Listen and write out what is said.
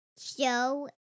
show